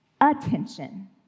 attention